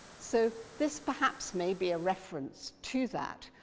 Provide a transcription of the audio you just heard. so this, perhaps, may be a reference to that.